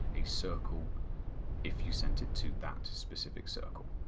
a circle if you sent it to that specific circle.